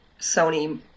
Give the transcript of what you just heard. Sony